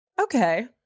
Okay